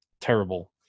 terrible